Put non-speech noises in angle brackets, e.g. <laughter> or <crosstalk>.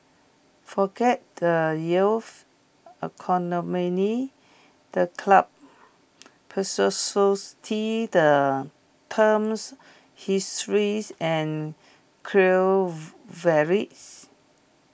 forget the youth <unintelligible> the club <unintelligible> the team's histories and core <unintelligible>